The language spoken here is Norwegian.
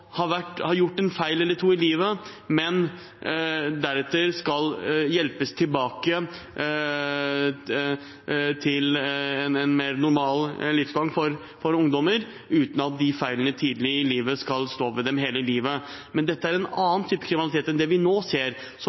har gjort en feil eller to i livet, men deretter skal hjelpes tilbake til en mer normal livsgang for ungdommer, uten at de tidlige feilene skal hefte ved dem hele livet. Men det er en annen type kriminalitet enn det vi nå ser, som